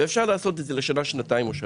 ואפשר לעשות את זה בשנה, שנתיים או שלוש.